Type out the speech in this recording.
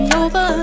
over